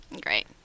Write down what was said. Great